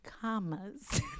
commas